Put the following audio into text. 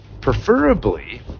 preferably